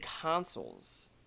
consoles